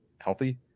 healthy